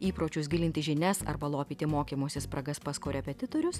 įpročius gilinti žinias arba lopyti mokymosi spragas pas korepetitorius